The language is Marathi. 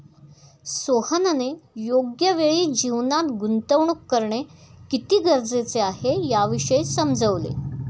सोहनने योग्य वेळी जीवनात गुंतवणूक करणे किती गरजेचे आहे, याविषयी समजवले